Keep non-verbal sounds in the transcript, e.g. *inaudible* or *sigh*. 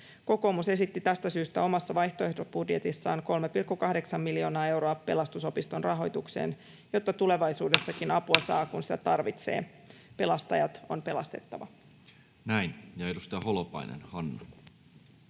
Kokoomus esitti tästä syystä omassa vaihtoehtobudjetissaan 3,8 miljoonaa euroa Pelastusopiston rahoituksen, jotta tulevaisuudessakin *noise* apua saa, kun sitä tarvitsee. Pelastajat on pelastettava. [Speech 305] Speaker: Toinen